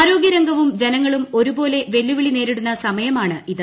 ആരോഗൃ രംഗവും ജന്നങ്ങളും ഒരുപോലെ വെല്ലുവിളി നേരിടുന്ന സമയമാണ് ഇത്